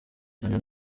cyane